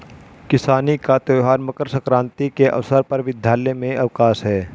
किसानी का त्यौहार मकर सक्रांति के अवसर पर विद्यालय में अवकाश है